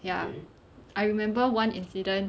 ya I remember one incident